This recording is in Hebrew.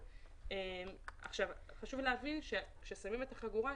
חשוב להבין שכאשר שמים את החגורה,